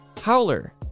Howler